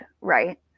right